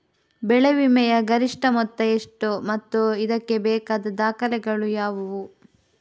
ಬೆಳೆ ವಿಮೆಯ ಗರಿಷ್ಠ ಮೊತ್ತ ಎಷ್ಟು ಮತ್ತು ಇದಕ್ಕೆ ಬೇಕಾದ ದಾಖಲೆಗಳು ಯಾವುವು?